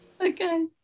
Okay